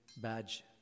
badge